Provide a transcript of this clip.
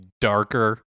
darker